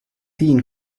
tea